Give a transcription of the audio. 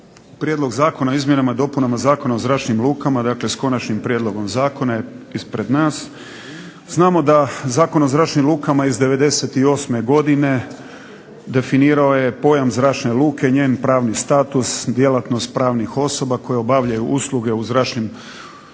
Prijedlog zakona o izmjenama i dopunama Zakona o zračnim lukama, dakle, s Konačnim prijedlogom zakona je ispred nas. Znamo da Zakon o zračnim lukama iz 98. godine definirao je pojam zračne luke i njen pravni status, djelatnost pravnih osoba koje obavljaju usluge u zračnim lukama,